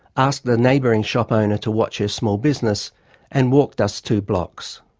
asked a neighbouring shop owner to watch her small business and walked us two blocks.